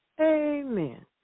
Amen